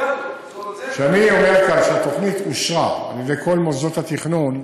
כשאני אומר לך שהתוכנית אושרה על-ידי כל מוסדות התכנון,